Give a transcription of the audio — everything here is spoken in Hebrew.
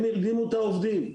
הם ארגנו את העובדים,